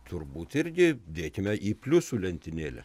turbūt irgi dėkime į pliusų lentynėlę